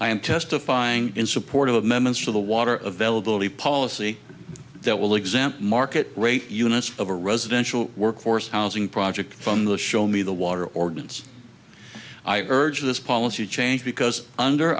i am testifying in support of amendments to the water availability policy that will exempt market rate units of a residential workforce housing project from the show me the water ordinance i urge this policy change because under